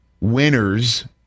winners